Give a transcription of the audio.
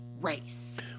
race